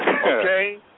Okay